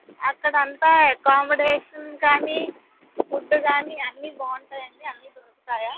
అక్కడ అంత అకామిడేషన్ కానీ ఫుడ్ కానీ అన్నీ బావుంటాయా అండి అన్నీ దొరుకుతాయా